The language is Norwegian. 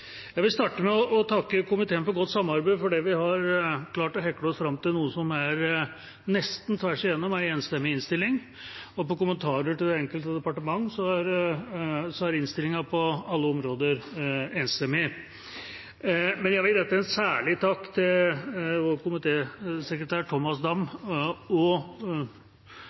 Jeg vil starte med å takke komiteen for godt samarbeid, for vi har klart å hekle oss fram til noe som er nesten tvers igjennom en enstemmig innstilling. Når det gjelder kommentarer til de enkelte departementene, er innstillinga på alle områder enstemmig. Jeg vil rette en særlig takk til vår komitésekretær Thomas Dam og,